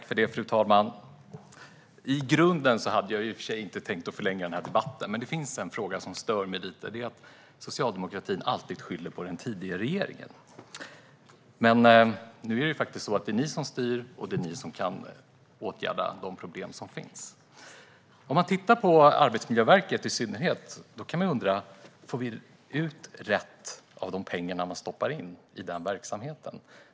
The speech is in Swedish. Fru talman! Jag hade egentligen inte tänkt förlänga denna debatt, men det finns en fråga som stör mig lite: att socialdemokratin alltid skyller på den tidigare regeringen. Nu är det faktiskt ni som styr och kan åtgärda de problem som finns. Om man tittar på Arbetsmiljöverket i synnerhet kan man undra om vi får ut rätt saker av de pengar vi stoppar in i den verksamheten.